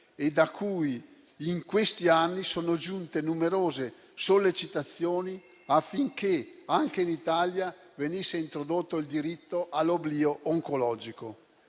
dal quale in questi anni sono giunte numerose sollecitazioni affinché anche in Italia venisse introdotto il diritto all'oblio oncologico.